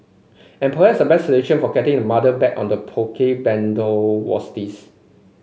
and perhaps the best solution for getting the mother back on the Poke bandwagon was this